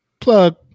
Plug